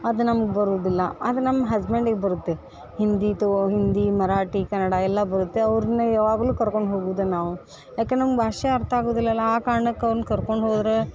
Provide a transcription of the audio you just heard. ಅದು ನಮ್ಗೆ ಬರುವುದಿಲ್ಲ ಅದು ನಮ್ಮ ಹಸ್ಬೆಂಡಿಗೆ ಬರುತ್ತೆ ಹಿಂದಿ ತೊ ಹಿಂದಿ ಮರಾಠಿ ಕನಡ ಎಲ್ಲ ಬರುತ್ತೆ ಅವ್ರನ್ನೇ ಯಾವಾಗಲೂ ಕರ್ಕೊಂಡು ಹೋಗುದು ನಾವು ಯಾಕಂದ್ರೆ ನಮ್ಗೆ ಭಾಷೆ ಅರ್ಥ ಆಗುದಿಲ್ಲ ಅಲ್ಲ ಆ ಕಾರ್ಣಕ್ಕೆ ಅವ್ರ್ನ ಕರ್ಕೊಂಡು ಹೋದರೆ